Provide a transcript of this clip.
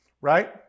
right